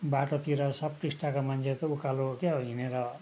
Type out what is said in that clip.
बाटोतिर सब टिस्टाको मान्छेहरू त उक्कालो क्या हो हिँडेर